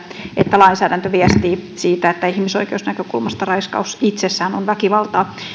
että lainsäädäntö viestii siitä että ihmisoikeusnäkökulmasta raiskaus itsessään on väkivaltaa minä